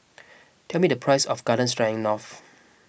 tell me the price of Garden Stroganoff